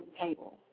table